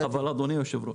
אדוני היושב-ראש,